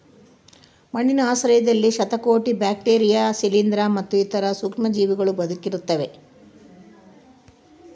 ಮಣ್ಣಿನ ಆಶ್ರಯದಲ್ಲಿ ಶತಕೋಟಿ ಬ್ಯಾಕ್ಟೀರಿಯಾ ಶಿಲೀಂಧ್ರ ಮತ್ತು ಇತರ ಸೂಕ್ಷ್ಮಜೀವಿಗಳೂ ಬದುಕಿರ್ತವ